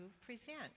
present